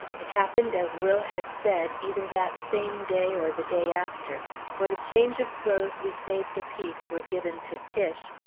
it happened as will had said, either that same day or the day after for the change of clothes we saved apiece were given to tiche,